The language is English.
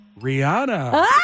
Rihanna